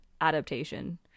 adaptation